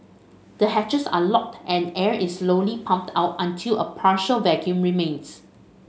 the hatches are locked and air is slowly pumped out until a partial vacuum remains